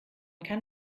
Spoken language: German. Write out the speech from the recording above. kann